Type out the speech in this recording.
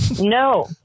No